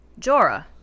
Jorah